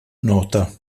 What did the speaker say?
nota